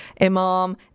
Imam